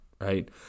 right